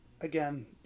again